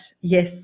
Yes